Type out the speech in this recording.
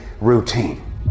routine